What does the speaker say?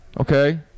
okay